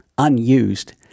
unused